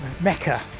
mecca